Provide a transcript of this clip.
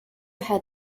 had